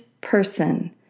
person